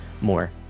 more